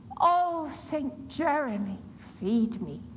oh, st. jeremy, feed me.